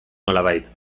nolabait